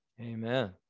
Amen